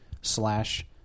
slash